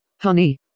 honey